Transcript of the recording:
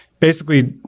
basically,